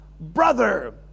Brother